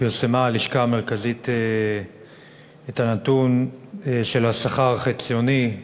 פרסמה הלשכה המרכזית את הנתון של השכר החציוני,